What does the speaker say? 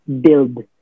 build